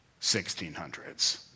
1600s